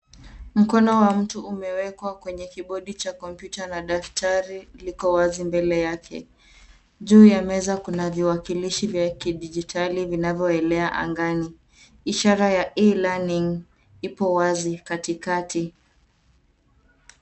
Mkono wa mtu umewekwa kwenye kibodi cha komputa na daftari liko wazi mbele yake .Juu ya meza kuna viwakilishi vya kijidigitali vinavoelea angani, ishara ya E-learning ipo wazi katikati.